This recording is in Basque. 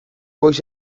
goiz